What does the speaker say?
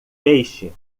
peixe